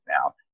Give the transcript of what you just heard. now